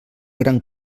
gran